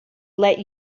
let